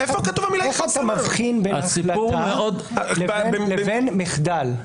איך אתה מבחין בין החלטה לבין מחדל?